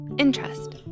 interest